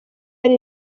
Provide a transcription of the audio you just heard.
ari